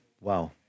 wow